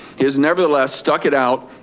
he has never the less stuck it out,